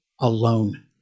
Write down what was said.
alone